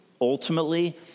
Ultimately